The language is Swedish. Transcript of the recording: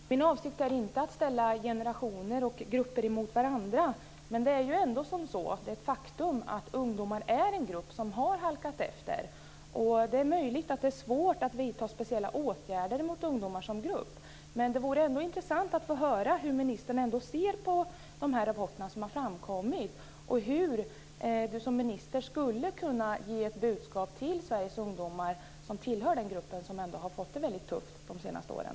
Fru talman! Min avsikt är inte att ställa generationer och grupper mot varandra. Men det är ändå ett faktum att ungdomar är en grupp som har halkat efter. Det är möjligt att det är svårt att vidta speciella åtgärder för ungdomar som grupp, men det vore ändå intressant att få höra hur ministern ser på de rapporter som har framkommit. Hur skulle Lars Engqvist som minister kunna ge ett budskap till Sveriges ungdomar, som tillhör den grupp som har fått det väldigt tufft de senaste åren?